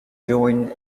join